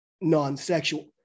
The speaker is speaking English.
non-sexual